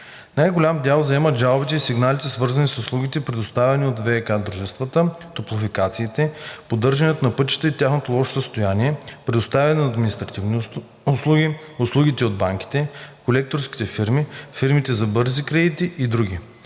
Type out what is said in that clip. Най-голям дял заемат жалбите и сигналите, свързани с услугите, предоставяни от ВиК дружествата, топлофикациите, поддържането на пътища и тяхното лошо състояние, предоставяне на административни услуги, банките, колекторските фирми, фирмите за бързи кредити и други.